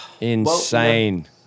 Insane